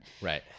Right